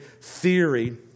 theory